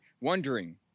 wondering